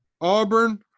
Auburn